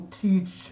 teach